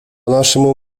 нашему